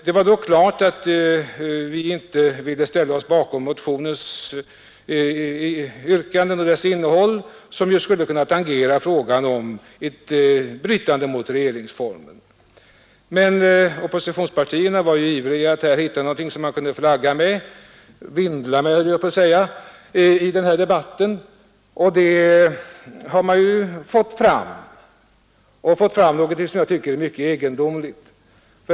Det var klart att vi inte ville ställa oss bakom motionens yrkande och dess innehåll som ju skulle kunna tangera frågan om att bryta mot regeringsformen. Oppositionspartierna var ivriga att här hitta någonting som de kunde flagga med — vindla med, höll jag på att säga — i denna debatt. Och de har ju nu fått fram någonting som jag tycker är mycket egendomligt.